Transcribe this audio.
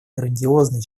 грандиозны